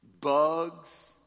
bugs